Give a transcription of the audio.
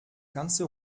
ganze